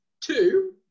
Two